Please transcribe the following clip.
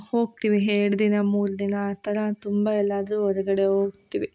ಹೋಗ್ತೀವಿ ಎರಡು ದಿನ ಮೂರು ದಿನ ಆ ಥರ ತುಂಬ ಎಲ್ಲಾದ್ರೂ ಹೊರ್ಗಡೆ ಹೋಗ್ತಿವಿ